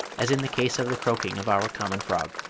as in the case of the croaking of our common frog.